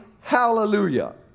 hallelujah